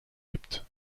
gibt